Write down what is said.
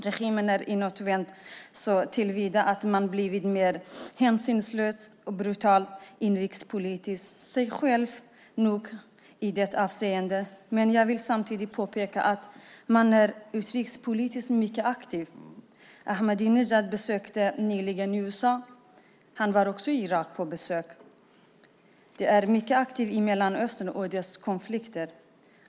Regimen är inåtvänd såtillvida att man blivit mer hänsynslös och brutal inrikespolitiskt. Man är sig själv nog i det avseendet. Jag vill samtidigt påpeka att man är utrikespolitiskt mycket aktiv. Ahamdinejad besökte nyligen USA. Han var också i Irak på besök. Man är mycket aktiv i Mellanöstern och dess konflikter.